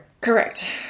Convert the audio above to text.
Correct